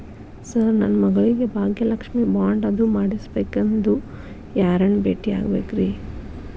Sir ನನ್ನ ಮಗಳಿಗೆ Bhagyalakshmi bond ಅದು ಮಾಡಿಸಬೇಕೆಂದು ಯಾರನ್ನ ಭೇಟಿಯಾಗಬೇಕ್ರಿ?